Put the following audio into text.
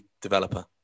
developer